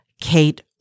Kate